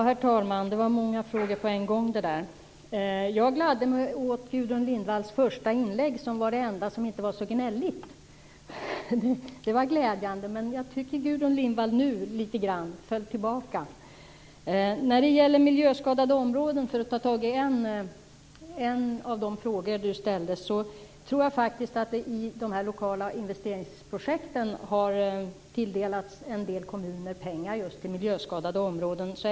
Herr talman! Det var många frågor på en gång. Jag gladde mig åt Gudrun Lindvalls första inlägg, som var det enda som inte var så gnälligt. Det var glädjande. Dock tycker jag att Gudrun Lindvall nu föll tillbaka litet grand. När det gäller miljöskadade områden, för att ta tag i en av de frågor hon ställde, tror jag att en del kommuner i de lokala investeringsprojekten har tilldelats pengar just till miljöskadade områden.